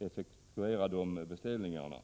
effektuera alla de beställningarna.